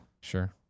Sure